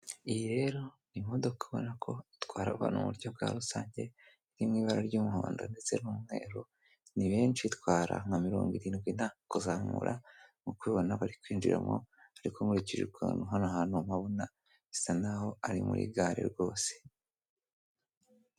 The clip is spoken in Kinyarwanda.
Iyi rero ni imodoka ubona ko itwara abantu mu buryo bwa rusange iri mu ibara ry'umuhondo ndetse n'umweru. Ni benshi, itwara nka mirongo irindwi na kuzamura; muri kubibona bari kwinjiramo. Ariko nkurikije ukuntu hano hantu mpabona, bisa nk'aho ari muri gare rwose.